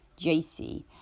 JC